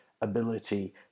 ability